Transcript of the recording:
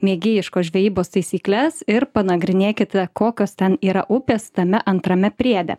mėgėjiškos žvejybos taisykles ir panagrinėkite kokios ten yra upės tame antrame priede